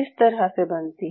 इस तरह से बनती हैं